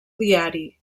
diari